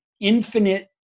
infinite